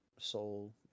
soul